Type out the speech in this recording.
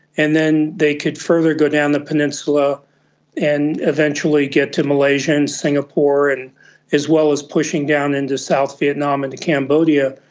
and then they could further go down the peninsula and eventually gets to malaysia and singapore, and as well as pushing down into south vietnam into cambodia,